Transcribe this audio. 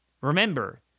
Remember